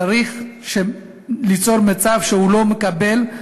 צריך ליצור מצב שהוא לא מקבל,